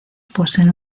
poseen